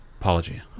apology